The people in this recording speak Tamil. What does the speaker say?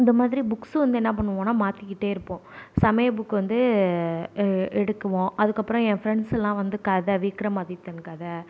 இந்த மாதிரி புக்ஸ் வந்து என்னப்பண்ணுவோன்னா மாற்றிகிட்டே இருப்போம் சமையல் புக் வந்து எடுக்குவோம் அதுக்கு அப்புறோம் ஏன் பிரண்ட்ஸ்லாம் வந்து கதை விக்ரம் ஆதித்தன் கதை